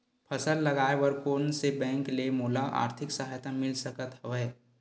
फसल लगाये बर कोन से बैंक ले मोला आर्थिक सहायता मिल सकत हवय?